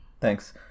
thanks